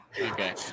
okay